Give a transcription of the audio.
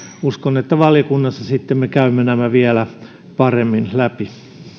uskon että sitten valiokunnassa me käymme nämä vielä paremmin läpi